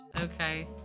Okay